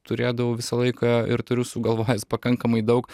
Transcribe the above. turėdavau visą laiką ir turiu sugalvojęs pakankamai daug